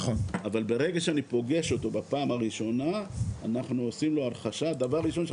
אבל ברגע שאני פוגש אותו בפעם הראשונה אנחנו עושים לו הרכשה דבר ראשון.